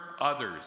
others